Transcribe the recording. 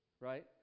Right